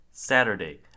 saturday